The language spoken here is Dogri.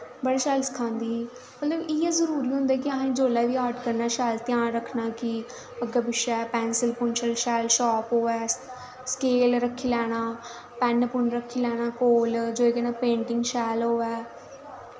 बड़ा शैल सखांदी ही मतलब इ'यां गै करना जिसलै असें आर्ट करना ते अग्गें पिच्छें पैंसल पुसल शैल शार्प होऐ स्केल रक्खी लैना पैन्न पुन्न रक्खी लैना कन्नैं जेह्दे नै पेंटिंग शैल होऐ